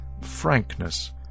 frankness